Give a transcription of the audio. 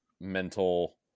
mental